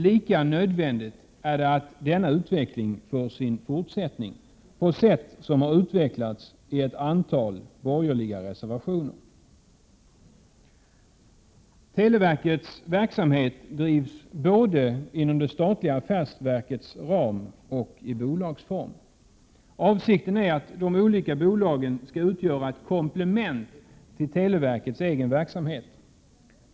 Lika nödvändigt är det att denna utveckling får sin fortsättning på sätt som utvecklats i ett antal borgerliga reservationer. Televerkets verksamhet drivs både inom det statliga affärsverkets ram och i bolagsform. Avsikten är att de olika bolagen skall utgöra ett komplement till televerkets egen verksamhet.